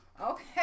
Okay